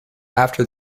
after